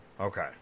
Okay